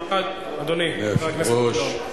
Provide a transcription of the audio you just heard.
אדוני היושב-ראש,